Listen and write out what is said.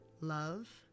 Love